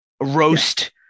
roast